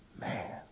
Man